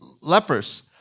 lepers